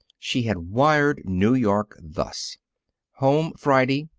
she had wired new york thus home friday.